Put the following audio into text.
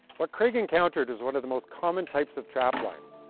what craig encountered was one of the most common types of traplines.